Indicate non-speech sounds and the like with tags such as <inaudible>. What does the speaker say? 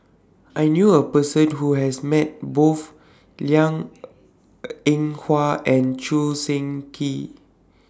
I knew A Person Who has Met Both Liang <hesitation> Eng Hwa and Choo Seng Quee